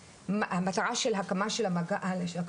המטרה של הקמה של המאגר,